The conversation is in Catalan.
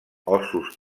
ossos